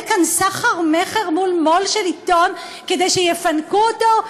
כאן סחר-מכר מול מו"ל של עיתון כדי שיפנקו אותו,